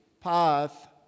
path